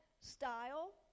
style